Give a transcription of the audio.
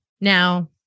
now